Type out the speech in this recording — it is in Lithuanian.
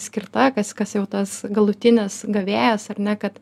skirta kas kas jau tas galutinis gavėjas ar ne kad